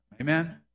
Amen